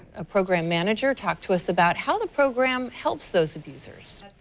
a program manager talked to us about how the program helps those abusers.